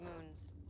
moons